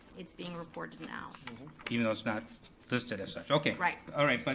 it's being reported now. even though it's not listed as such, okay. right. alright, but